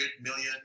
million